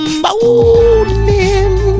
morning